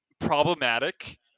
problematic